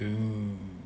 mm